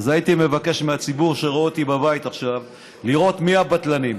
אז הייתי מבקש מהציבור שרואה אותי בבית עכשיו לראות מי הבטלנים,